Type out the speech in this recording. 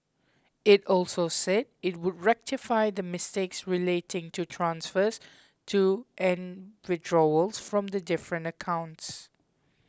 it also said it would rectify the mistakes relating to transfers to and withdrawals from the different accounts